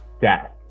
death